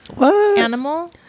animal